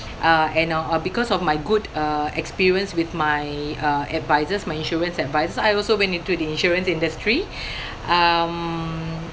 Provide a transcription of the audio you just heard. uh and uh uh because of my good uh experience with my uh advisors my insurance advisors I also went into the insurance industry um